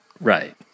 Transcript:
Right